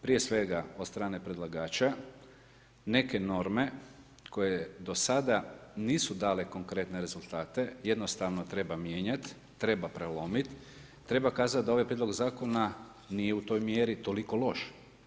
Prije svega, od strane predlagača, neke norme, koje do sada nisu dale konkretne rezultate, jednostavno treba mijenjati, treba prelomiti, treba kazati da ovaj prijedlog zakona nije u toj mjeri toliko loš.